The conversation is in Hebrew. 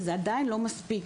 וזה עדיין לא מספיק.